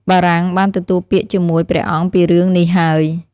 បារាំងបានទទួលពាក្យ ជាមួយ ព្រះអង្គពីរឿងនេះហើយ។